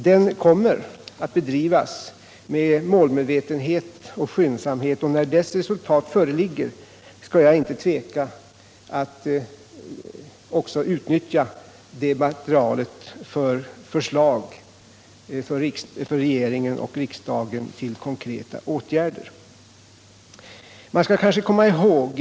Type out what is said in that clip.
Den kommer att bedrivas med målmedvetenhet och skyndsamhet, och när dess resultat föreligger skall jag inte tveka att också utnyttja det materialet till att framlägga förslag för regering och riksdag om konkreta åtgärder.